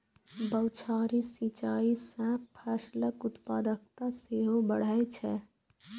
बौछारी सिंचाइ सं फसलक उत्पादकता सेहो बढ़ै छै